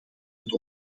het